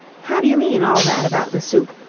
how do you mean, all that about the soup?